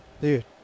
dude